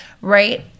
right